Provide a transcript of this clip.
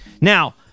now